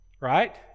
right